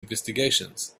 investigations